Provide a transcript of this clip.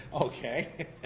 Okay